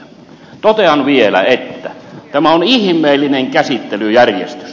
totean vielä että tämä on ihmeellinen käsittelyjärjestys